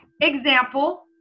example